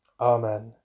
Amen